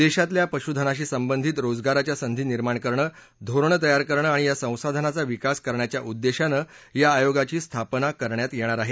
देशातल्या पशुधनाशी संबंधित रोजगाराच्या संधी निर्माण करणं धोरणं तयार करणं आणि या संसाधनाचा विकास करण्याच्या उद्देशानं या आयोगाची स्थापना करण्यात येणार आहे